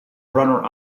runner